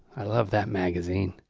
i love that magazine.